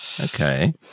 okay